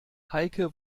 heike